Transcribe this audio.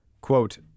Quote